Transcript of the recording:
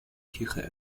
kirche